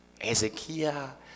Ezekiel